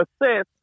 assess